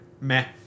Meh